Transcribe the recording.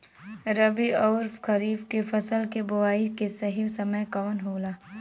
रबी अउर खरीफ के फसल के बोआई के सही समय कवन होला?